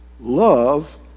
love